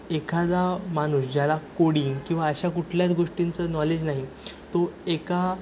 एखादा माणूस ज्याला कोडिंग किंवा अशा कुठल्याच गोष्टींचं नॉलेज नाही तो एका